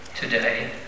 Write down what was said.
today